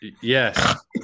Yes